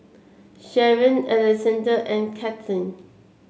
Sharen Alexande and Kathleen